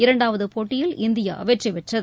இரண்டாவது போட்டியில் இந்தியா வெற்றி பெற்றது